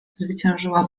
zwyciężyła